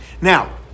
Now